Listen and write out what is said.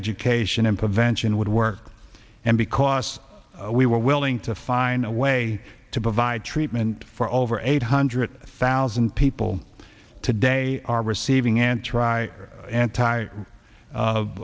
education and prevention would work and because we were willing to find a way to provide treatment for over eight hundred thousand people today are receiving and try and tire of